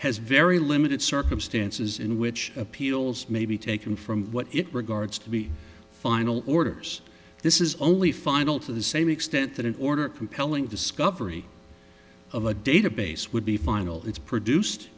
has very limited circumstances in which appeals may be taken from what it regards to be final orders this is only final to the same extent that an order compelling discovery of a database would be final it's produced